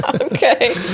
Okay